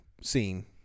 scene